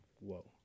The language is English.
Whoa